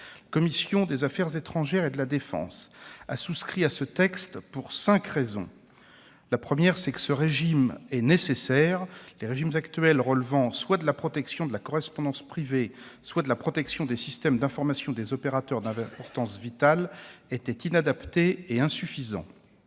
La commission des affaires étrangères et de la défense a souscrit à ce texte pour cinq raisons. Premièrement, ce régime est nécessaire. Les régimes actuels relevant soit de la protection de la correspondance privée, soit de la protection des systèmes d'information des opérateurs d'importance vitale, sont inadaptés et insuffisants.